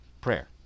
prayer